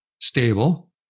stable